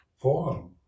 form